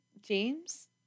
James